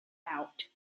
out